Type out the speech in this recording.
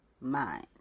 mind